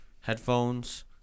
headphones